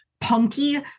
punky